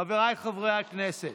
חבריי חברי הכנסת,